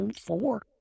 four